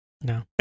No